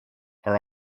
are